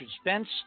Spence